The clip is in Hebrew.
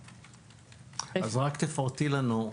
אז רק תפרטי לנו.